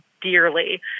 dearly